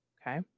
Okay